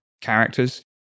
characters